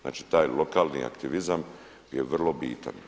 Znači taj lokalni aktivizam je vrlo bitan.